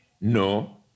No